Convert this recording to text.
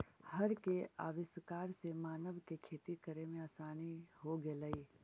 हर के आविष्कार से मानव के खेती करे में आसानी हो गेलई